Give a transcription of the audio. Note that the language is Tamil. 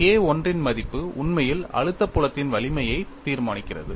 K I இன் மதிப்பு உண்மையில் அழுத்த புலத்தின் வலிமையை தீர்மானிக்கிறது